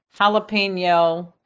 jalapeno